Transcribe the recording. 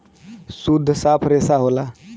सुद्ध साफ रेसा होला